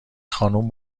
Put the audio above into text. خانم